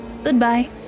Goodbye